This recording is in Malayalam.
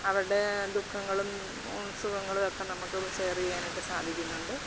അവരുടെ ദുഃഖങ്ങളും സുഖങ്ങളൊക്കെ നമുക്ക് ഷെയർ ചെയ്യാനായിട്ടു സാധിക്കുന്നുണ്ട്